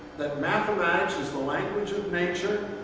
that mathematics is the language of nature,